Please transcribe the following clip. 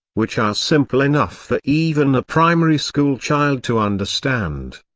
which are simple enough for even a primary school child to understand.